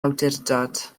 awdurdod